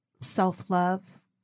self-love